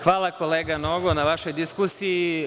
Hvala, kolega Nogo na vašoj diskusiji.